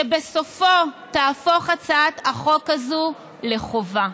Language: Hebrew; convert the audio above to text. שבסופו תהפוך הצעת החוק הזו לחובה.